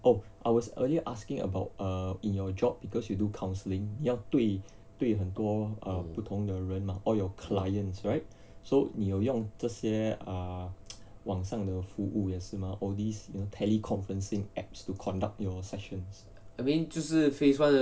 oh I was earlier asking about err in your job because you do counselling 你要对对很多不同的人嘛 all your clients right so 你有用这些 err 网上的服务也是嘛 all these you know teleconferencing apps to conduct your sessions